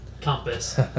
compass